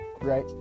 right